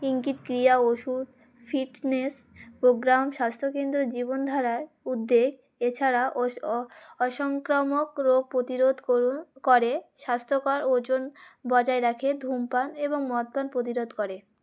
ইঙ্গিত ক্রিড়া ওষুধ ফিটনেস প্রোগ্রাম স্বাস্থ্যকেন্দ্র জীবনধারার উদ্বেগ এছাড়া ওস অসংক্রামক রোগ প্রতিরোধ কর করে স্বাস্থ্যকর ওজন বজায় রাখে ধূমপান এবং মদ্যপান প্রতিরোধ করে